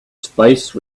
space